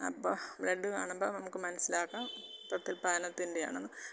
അപ്പോൾ ബ്ലഡ്ഡ് കാണുമ്പോൾ നമുക്ക് മനസിലാക്കാം പ്രത്യുത്പാദനത്തിൻ്റെയാണെന്ന്